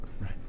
Right